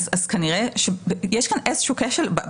יש כאן איזשהו כשל בתפיסה.